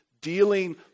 dealing